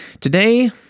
Today